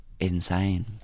Insane